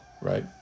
Right